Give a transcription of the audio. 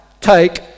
take